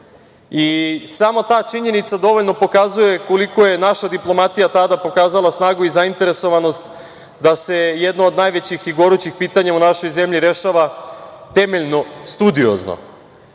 Samo ta činjenica dovoljno pokazuje koliko je naša diplomatija tada pokazala snagu i zainteresovanost da se jedno od najvećih i gorućim pitanja u našoj zemlji rešava temeljno, studiozno